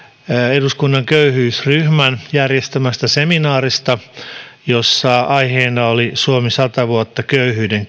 eduskunnan köyhyysryhmän järjestämästä seminaarista jossa aiheena oli suomi sata vuotta köyhyyden